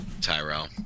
Tyrell